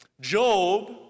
Job